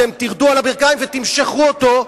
אתם תרדו על הברכיים ותמשכו אותו,